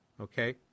Okay